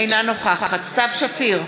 אינה נוכחת סתיו שפיר,